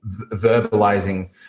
verbalizing